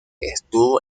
estuvo